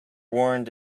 warned